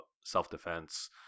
self-defense